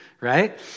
right